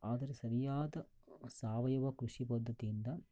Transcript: ಆದರೆ ಸರಿಯಾದ ಸಾವಯವ ಕೃಷಿ ಪದ್ಧತಿಯಿಂದ